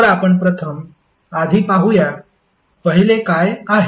तर आपण प्रथम आधी पाहूया पहिले काय आहे